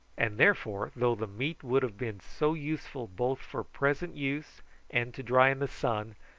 and therefore, though the meat would have been so useful both for present use and to dry in the sun,